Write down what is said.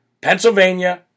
Pennsylvania